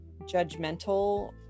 judgmental